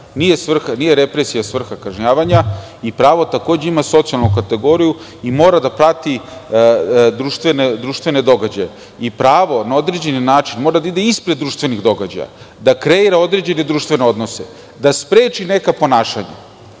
Nije represija svrha kažnjavanja i pravo takođe ima socijalnu kategoriju i mora da prati društvene događaje. Pravo na određeni način mora da ide ispred društvenih događaja, da kreira određene društvene odnose, da spreči neka ponašanja,